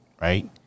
right